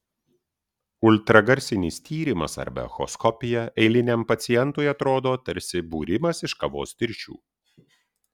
ultragarsinis tyrimas arba echoskopija eiliniam pacientui atrodo tarsi būrimas iš kavos tirščių